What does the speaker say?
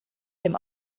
dem